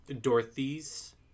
Dorothy's